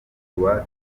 iwacu